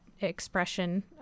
expression